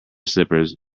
slippers